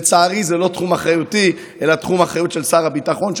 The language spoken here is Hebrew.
לצערי אינם בתחום אחריותי אלא בתחום האחריות של שר הביטחון,